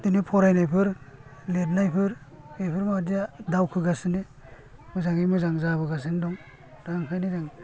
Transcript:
बिदिनो फरायनायफोर लिरनाय फोर बेफोरबादिया दावखोगासिनो मोजांयै मोजां जाबोगासिनो दं दा ओंखायनो